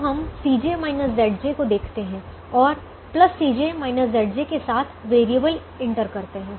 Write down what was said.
तो हम को देखते हैं और Cj Zj के साथ वैरिएबल इंटर करते हैं